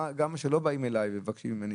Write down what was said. גם כשלא באים אליי ומבקשים ממני,